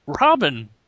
Robin